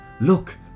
Look